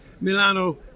Milano